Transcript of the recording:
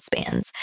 spans